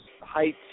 height